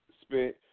spent